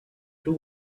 two